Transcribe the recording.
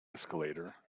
escalator